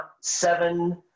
seven